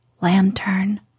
lantern